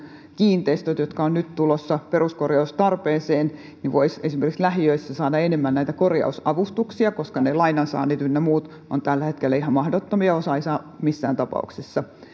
kiinteistöt jotka ovat nyt tulossa peruskorjaustarpeeseen voisivat esimerkiksi lähiöissä saada enemmän näitä kor jausavustuksia lainansaannit ynnä muut ovat tällä hetkellä ihan mahdottomia osa ei saa missään tapauksessa